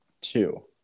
two